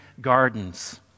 gardens